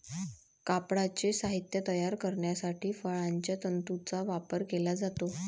कापडाचे साहित्य तयार करण्यासाठी फळांच्या तंतूंचा वापर केला जातो